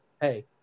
Hey